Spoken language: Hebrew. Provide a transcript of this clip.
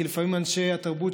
כי לפעמים אנשי התרבות,